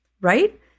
right